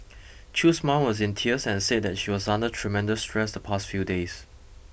Chew's mom was in tears and said that she was under tremendous stress the past few days